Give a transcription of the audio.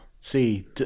See